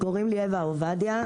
אני אווה עובדיה,